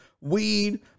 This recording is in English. weed